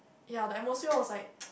ya the atmosphere was like